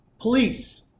Police